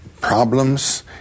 problems